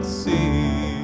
see